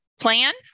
plan